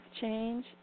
change